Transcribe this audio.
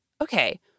okay